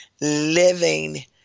living